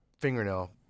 fingernail